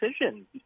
decision